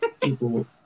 people